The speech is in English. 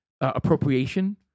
appropriation